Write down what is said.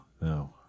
No